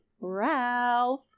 Ralph